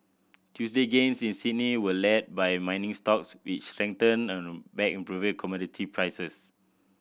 Tuesday gains in Sydney were led by mining stocks which strengthened on the back improving commodity prices